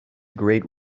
great